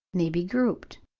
may be grouped.